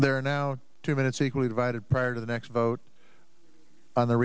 are now two minutes equally divided prior to the next vote on the